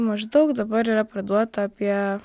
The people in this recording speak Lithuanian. maždaug dabar yra parduota apie